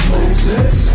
Moses